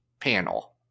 panel